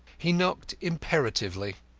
he knocked imperatively,